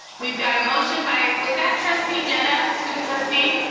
we've got a motion by, was that trustee jena, student trustee?